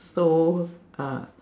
so uh